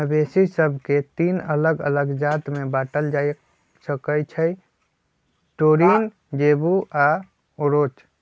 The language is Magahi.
मवेशि सभके तीन अल्लग अल्लग जात में बांटल जा सकइ छै टोरिन, जेबू आऽ ओरोच